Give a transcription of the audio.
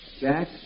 Jack